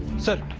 sir,